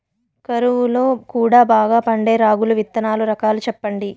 కరువు లో కూడా బాగా పండే రాగులు విత్తనాలు రకాలు చెప్పండి?